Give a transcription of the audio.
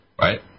right